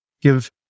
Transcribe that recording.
give